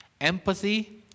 empathy